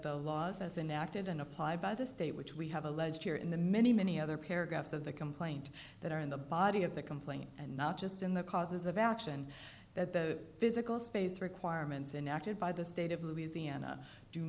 the laws as enacted and applied by the state which we have alleged here in the many many other paragraphs of the complaint that are in the body of the complaint and not just in the causes of action that the physical space requirements enacted by the state of louisiana do